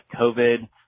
COVID